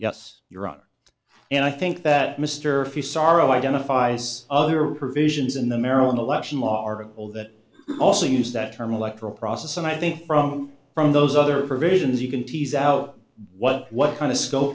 yes your honor and i think that mr a few sorrow identifies other provisions in the maryland election law article that also use that term electoral process and i think from from those other provisions you can tease out what what kind of s